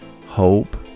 hope